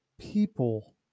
people